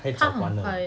太早关了